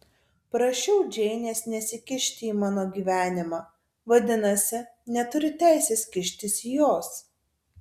prašiau džeinės nesikišti į mano gyvenimą vadinasi neturiu teisės kištis į jos